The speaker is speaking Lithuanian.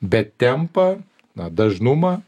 bet tempą na dažnumą